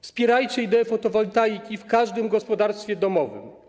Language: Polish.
Wspierajcie ideę fotowoltaiki w każdym gospodarstwie domowym.